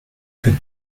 fête